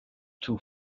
too